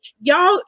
y'all